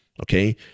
okay